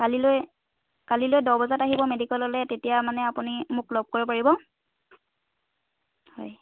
কালিলৈ কালিলৈ দহ বজাত আহিব মেডিকেললৈ তেতিয়া মানে আপুনি মোক লগ কৰিব পাৰিব হয়